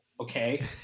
Okay